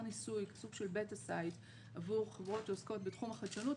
ניסוי עבור חברות שעוסקות בתחום החדשנות,